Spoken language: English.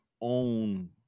own